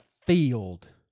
field